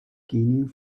gaining